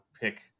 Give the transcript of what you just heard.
pick